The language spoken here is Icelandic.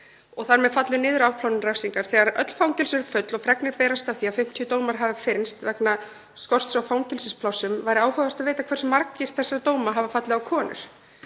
og þar með falli afplánun refsingar niður þegar öll fangelsi eru full og fregnir berast af því að 50 dómar hafi fyrnst vegna skorts á fangelsisplássum. Það væri áhugavert að vita hversu margir þessara dóma hafa fallið á konur.